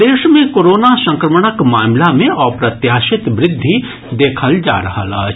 प्रदेश मे कोरोना संक्रमणक मामिला मे अप्रत्याशित वृद्धि देखल जा रहल अछि